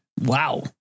Wow